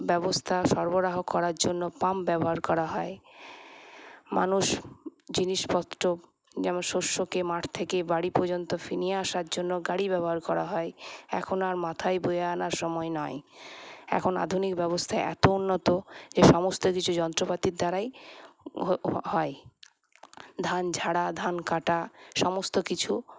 ব্যবস্থা সরবরাহ করার জন্য পাম্প ব্যবহার করা হয় মানুষ জিনিসপত্র যেমন শষ্যকে মাঠ থেকে বাড়ি পর্যন্ত নিয়ে আসার জন্য গাড়ি ব্যবহার করা হয়ে এখন আর মাথায় বয়ে আনার সময় নয় এখন আধুনিক ব্যবস্থা এত উন্নত যে সমস্ত কিছু যন্ত্রপাতির দ্বারাই হয় ধান ঝাড়া ধান কাটা সমস্ত কিছু